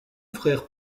frère